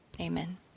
amen